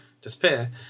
disappear